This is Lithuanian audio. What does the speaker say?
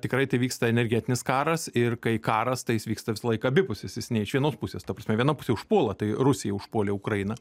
tikrai tai vyksta energetinis karas ir kai karas tai jis vyksta visąlaik abipusis jis ne iš vienos pusės ta prasme viena pusė užpuola tai rusija užpuolė ukrainą